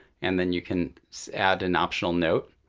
and then you can add an optional note.